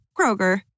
Kroger